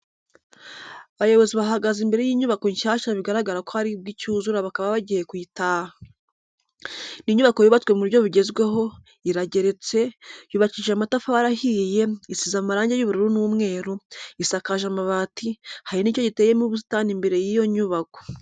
Abayobozi bahagaze imbere y'inyubako nshyashya bigaragara ko ari bwo icyuzura bakaba bagiye kuyitaha. Ni inyubako yubatswe mu buryo bugezweho, irageretse, yubakishije amatafari ahiye, isize amarangi y'ubururu n'umweru, isakaje amabati, hari n'igice giteyemo ubusitani imbere y'iyo nyubako.